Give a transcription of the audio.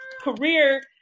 career